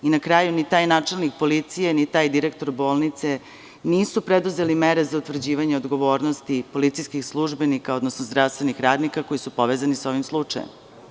I na kraju, ni taj načelnik policije, ni taj direktor bolnice nisu preduzeli mere za utvrđivanje odgovornosti policijskih službenika, odnosno zdravstvenih radnika koji su povezani sa ovim slučajem.